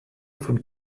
von